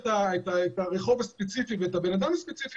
את הרחוב הספציפי ואת האדם הספציפי,